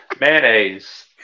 Mayonnaise